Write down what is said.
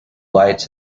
lights